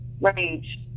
rage